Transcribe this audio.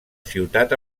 ciutat